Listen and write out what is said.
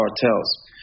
cartels